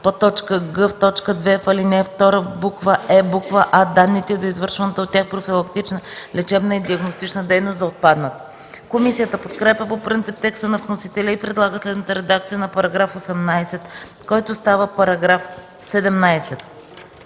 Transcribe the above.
отпадне. г) В т. 2, в ал. 2 в буква „е”, буква „а” „данните за извършваната от тях профилактична, лечебна и диагностична дейност” да отпаднат. Комисията подкрепя по принцип текста на вносителя и предлага следната редакция на § 18, който става § 17: „§ 17.